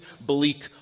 bleak